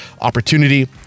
opportunity